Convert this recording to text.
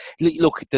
look